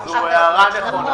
אפשר לקבוע שזה יהיה עד יוני 2020,